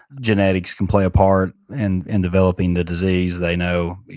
genetics can play a part and in developing the disease, they know,